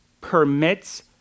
permits